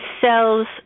sells